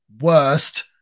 worst